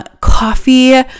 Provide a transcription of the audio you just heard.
coffee